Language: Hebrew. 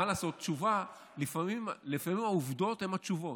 מה לעשות, לפעמים העובדות חשובות.